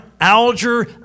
Alger